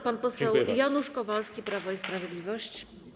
Pan poseł Janusz Kowalski, Prawo i Sprawiedliwość.